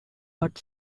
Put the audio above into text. but